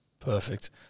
Perfect